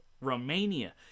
Romania